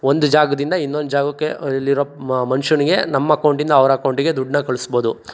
ಒಂದು ಜಾಗದಿಂದ ಇನ್ನೊಂದು ಜಾಗಕ್ಕೆ ಇಲ್ಲಿರೋ ಮನುಷ್ಯನಿಗೆ ನಮ್ಮ ಅಕೌಂಟಿಂದ ಅವ್ರ ಅಕೌಂಟಿಗೆ ದುಡನ್ನು ಕಳಿಸ್ಬೌದು